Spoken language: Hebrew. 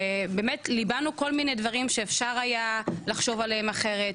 שבאמת ליבנו כל מיני דברים שאפשר היה לחשוב עליהם אחרת,